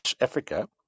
Africa